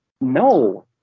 no